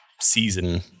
season